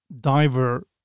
diver